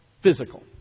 physical